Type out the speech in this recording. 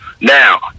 Now